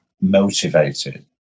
motivated